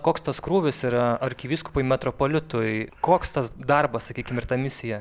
na koks tas krūvis yra arkivyskupui metropolitui koks tas darbas sakykim ir ta misija